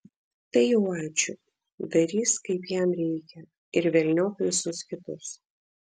tai jau ačiū darys kaip jam reikia ir velniop visus kitus